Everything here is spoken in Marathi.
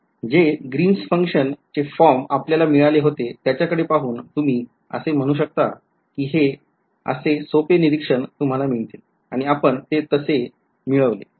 जे ग्रीन्स function चे फॉर्म आपल्याला मिळाले होते त्याच्याकडे पाहून तुम्ही असे म्हणू शकता कि हे असे सोपे निरीक्षण तुम्हाला मिळतील आणि आपण ते कसे मिळवले